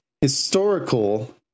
historical